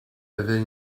avait